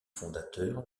fondateur